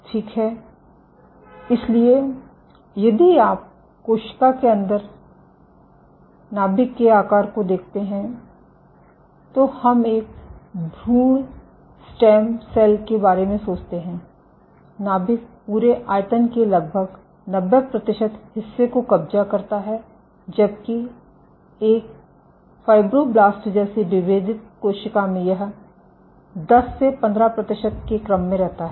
ठीक है इसलिए यदि आप कोशिका के अंदर नाभिक के आकार को देखते हैं तो हम एक भ्रूण स्टेम सेल के बारे में सोचते हैं नाभिक पूरे आयतन के लगभग 90 प्रतिशत हिस्से को कब्जा करता है जबकि एक फ़ाइब्रोब्लास्ट जैसी विभेदित कोशिका में यह 10 से 15 प्रतिशत के क्रम में रहता है